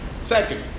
Second